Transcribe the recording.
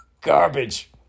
garbage